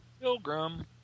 Pilgrim